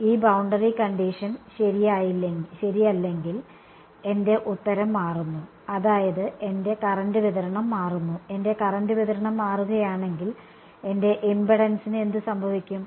ഈ boundary condition ശരിയല്ലെങ്കിൽ എന്റെ ഉത്തരം മാറുന്നു അതായത് എന്റെ കറന്റ് വിതരണം മാറുന്നു എന്റെ കറന്റ് വിതരണം മാറുകയാണെങ്കിൽ എന്റെ ഇംപെഡൻസിന് എന്ത് സംഭവിക്കും